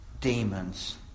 demons